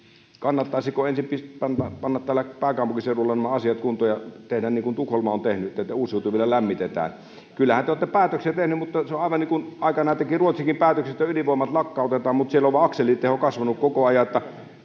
kannattaisiko ensin panna panna täällä pääkaupunkiseudulla nämä asiat kuntoon ja tehdä niin kuin tukholma on tehnyt että uusiutuvilla lämmitetään kyllähän te olette päätöksiä tehneet mutta se on aivan niin kuin aikanaan teki ruotsikin päätöksiä että ydinvoimalat lakkautetaan mutta siellä on vain akseliteho kasvanut koko ajan